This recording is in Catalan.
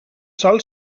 sol